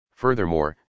Furthermore